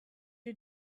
you